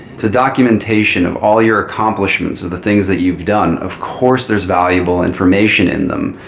it's a documentation of all your accomplishments, of the things that you've done. of course, there's valuable information in them.